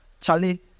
Charlie